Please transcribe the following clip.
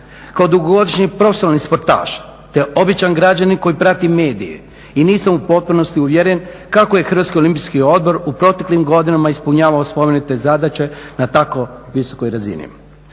Kao dugogodišnji profesionalni sportaš, te običan građanin koji prati medije i nisam u potpunosti uvjeren kako je Hrvatski olimpijski odbor u proteklim godinama ispunjavao spomenute zadaće na tako visokoj razini.